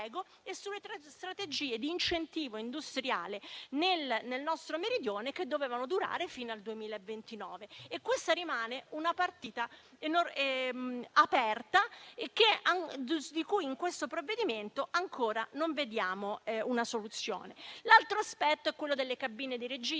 di impiego e di incentivo industriale nel nostro Meridione, che dovevano durare fino al 2029. Questa rimane una partita aperta, per la quale in questo provvedimento ancora non vediamo una soluzione. L'altro aspetto è quello delle cabine di regia.